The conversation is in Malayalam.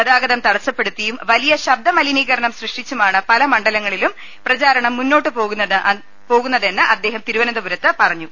ഗതാഗതം തടസ്സപ്പെടുത്തിയും വലിയ ശബ്ദമലീനികരണം സൃഷ്ടിച്ചുമാണ് പല മണ്ഡലങ്ങ ളിലും പ്രചാരണം മുന്നോട്ട് പോകുന്നതെന്ന് അദ്ദേഹം തിരുവന ന്തപുരത്ത് പറഞ്ഞു